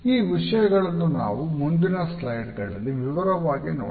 ಈ ವಿಷಯಗಳನ್ನು ನಾವು ಮುಂದಿನ ಸ್ಲಾಯ್ಡ್ಗಳಲ್ಲಿ ವಿವರವಾಗಿ ನೋಡುವ